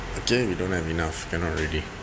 okay we don't have enough cannot already